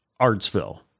Artsville